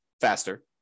faster